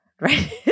Right